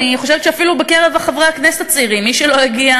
אני חושבת שאפילו בקרב חברי הכנסת הצעירים: מי שלא הגיע